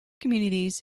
communities